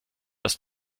dass